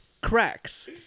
cracks